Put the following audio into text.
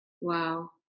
Wow